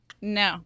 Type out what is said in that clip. no